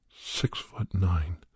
six-foot-nine